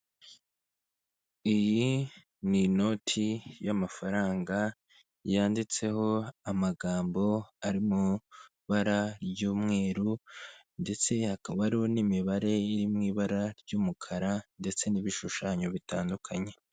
Iyi ni inote y'amafaranga yanditseho amagambo ari mu ibara ry'umweru ndetse hakaba hariho n'imibare iri mu ibara ry'umukara, ndetse n'ibishushanyo bitandukanye.